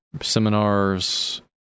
seminars